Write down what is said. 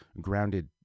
grounded